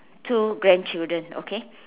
two grandchildren okay